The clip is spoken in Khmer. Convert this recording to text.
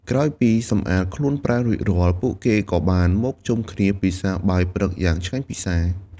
ក្រោយពីសម្អាតខ្លួនប្រាណរួចរាល់ ពួកគេក៏បានមកជុំគ្នាពិសាបាយព្រឹកយ៉ាងឆ្ងាញ់ពិសា។